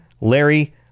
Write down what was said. Larry